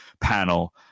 panel